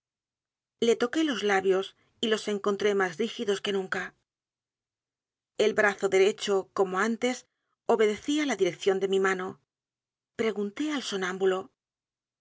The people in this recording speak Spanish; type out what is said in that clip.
le toqué los labios y los encontré más rígidos que m valdemar nunca el brazo derecho como antes obedecía l a dirección de mi mano p r